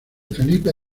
felipe